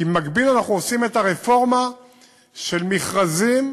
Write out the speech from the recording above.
כי במקביל אנחנו עושים את הרפורמה של מכרזים,